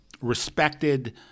respected